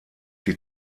die